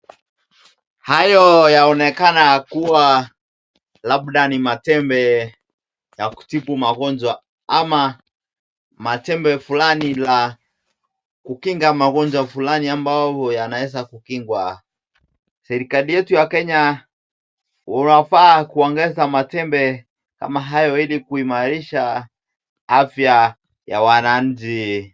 Hayo yaonekana kuwa labda ni matembe ya kutibu magonjwa ama matembe fulani la kukinga magonjwa fulani ambao yanaweza kukingwa. Serikali yetu ya Kenya unafaa kuongeza matembe kama hayo ili kuimarisha afya ya wananchi.